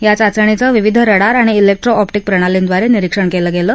या चाचणीचं विविध रडार आणि इलेक्ट्रो ऑप्टिक प्रणालींद्वारे निरीक्षण केलं गेलं